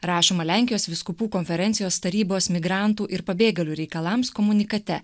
rašoma lenkijos vyskupų konferencijos tarybos migrantų ir pabėgėlių reikalams komunikate